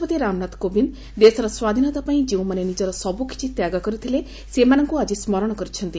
ରାଷ୍ଟ୍ରପତି ରାମନାଥ କୋବିନ୍ଦ ଦେଶର ସ୍ୱାଧୀନତା ପାଇଁ ଯେଉଁମାନେ ନିଜର ସବୁକିଛି ତ୍ୟାଗ କରିଥିଲେ ସେମାନଙ୍କୁ ଆଜି ସ୍କରଶ କରିଛନ୍ତି